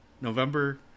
November